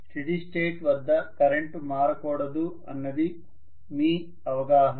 steady state వద్ద current మారకూడదు అన్నది మీ అవగాహన